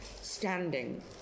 standing